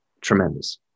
tremendous